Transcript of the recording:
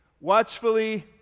watchfully